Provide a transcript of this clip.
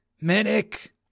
medic